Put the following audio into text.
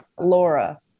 Laura